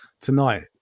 tonight